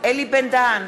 אלי בן-דהן,